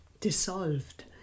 dissolved